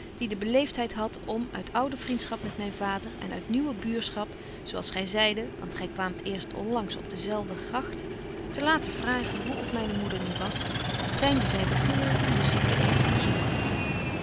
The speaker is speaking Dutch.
die de beleeftheid hadt om uit oude vriendschap met myn vader en uit nieuwe buurschap zo als gy zeide want gy kwaamt eerst onlangs op de zelfde gragt te laten vragen hoe of myne moeder nu was zynde zy begeerig om de zieke eens te bezoeken